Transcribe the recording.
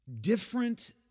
Different